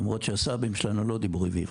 למרות שהסבים שלנו לא דיברו עברית.